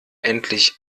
endlich